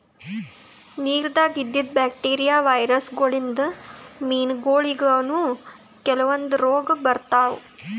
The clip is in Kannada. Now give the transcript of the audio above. ನಿರಾಗ್ ಇದ್ದಿದ್ ಬ್ಯಾಕ್ಟೀರಿಯಾ, ವೈರಸ್ ಗೋಳಿನ್ದ್ ಮೀನಾಗೋಳಿಗನೂ ಕೆಲವಂದ್ ರೋಗ್ ಬರ್ತಾವ್